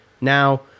Now